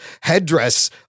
headdress